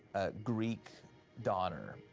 ah, greek doner.